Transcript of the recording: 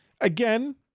again